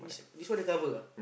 this this one the cover ah